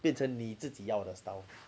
变成你自己要的 style